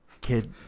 kid